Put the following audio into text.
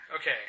Okay